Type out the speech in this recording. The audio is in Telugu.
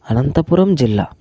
అనంతపురం జిల్లా